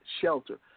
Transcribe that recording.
shelter